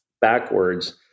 backwards